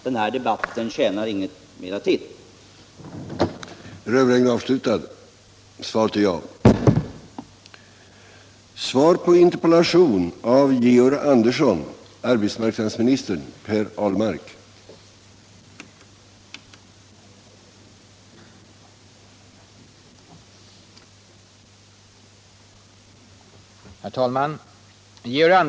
Den här debatten tjänar inget mera till.